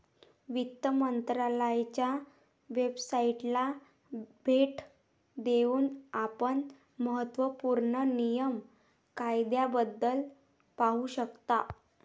वित्त मंत्रालयाच्या वेबसाइटला भेट देऊन आपण महत्त्व पूर्ण नियम कायद्याबद्दल पाहू शकता